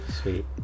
Sweet